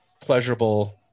pleasurable